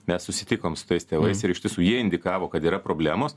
mes susitikom su tais tėvais ir iš tiesų jie indikavo kad yra problemos